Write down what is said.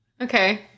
Okay